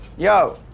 yo,